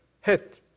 hit